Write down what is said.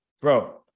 Bro